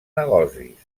negocis